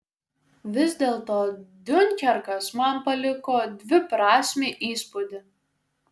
vis dėlto diunkerkas man paliko dviprasmį įspūdį